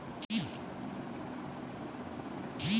लकड़ी केरो उपयोग मानव जीवन में हर जगह होय छै